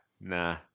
nah